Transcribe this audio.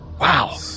Wow